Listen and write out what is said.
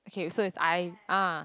okay so it's I ah